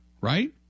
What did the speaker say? right